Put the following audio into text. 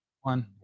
One